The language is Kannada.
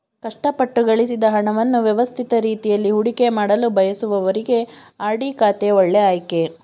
ಕಷ್ಟಪಟ್ಟು ಗಳಿಸಿದ ಹಣವನ್ನು ವ್ಯವಸ್ಥಿತ ರೀತಿಯಲ್ಲಿ ಹೂಡಿಕೆಮಾಡಲು ಬಯಸುವವರಿಗೆ ಆರ್.ಡಿ ಖಾತೆ ಒಳ್ಳೆ ಆಯ್ಕೆ